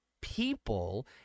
people